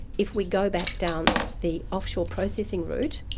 if we go back down the offshore processing route,